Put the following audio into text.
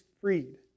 freed